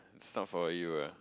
it's not for you ah